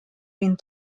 been